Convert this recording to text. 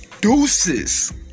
Deuces